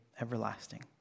everlasting